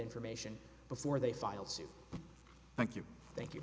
information before they filed suit thank you thank you